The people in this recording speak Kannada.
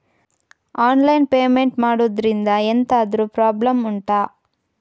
ಆನ್ಲೈನ್ ಪೇಮೆಂಟ್ ಮಾಡುದ್ರಿಂದ ಎಂತಾದ್ರೂ ಪ್ರಾಬ್ಲಮ್ ಉಂಟಾ